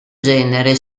genere